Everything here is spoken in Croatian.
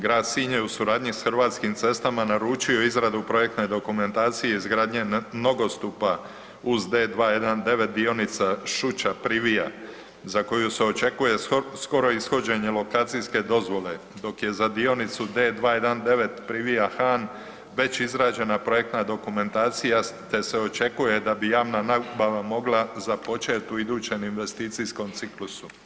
Grad Sinj je u suradnji sa Hrvatskim cestama naručio izradu projektne dokumentacije izgradnje nogostupa uz D219 dionica Šuća-Privija za koju se očekuje skoro ishođenje lokacijske dozvole, dok je za dionicu D219 Privija-Han već izrađena projektna dokumentacija te se očekuje da bi javna nabava mogla započeti u idućem investicijskom ciklusu.